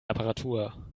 apparatur